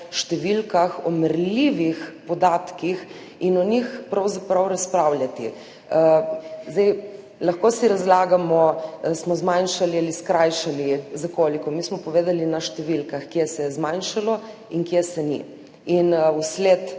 številkah, o merljivih podatkih in o njih pravzaprav razpravljati. Lahko si razlagamo, smo zmanjšali ali skrajšali za koliko. Mi smo povedali na številkah, kje se je zmanjšalo in kje se ni. Vsled